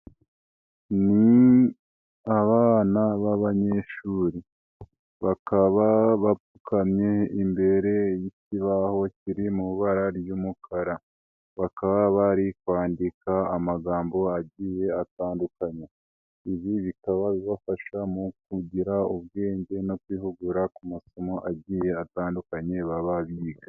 NI abana banyeshuri bakaba bapfukamye imbere y'ikibaho kiri mu ibara ry'umukara bakaba bari kwandika amagambo agiye atandukanye, ibi bikabafasha mu kugira ubwenge no kwihugura ku masomo agiye atandukanye baba biga.